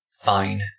fine